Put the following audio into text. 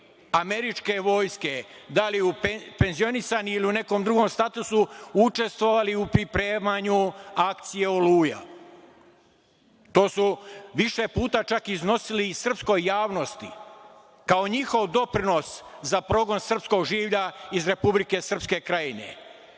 američke vojske, da li penzionisani ili u nekom drugom statusu, učestvovali u pripremanju akcije „Oluja“. To su više puta iznosili srpskoj javnosti, kao njihov doprinos za progon srpskog življa iz Republike Srpske Krajine. Kakvo